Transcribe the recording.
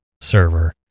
server